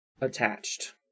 attached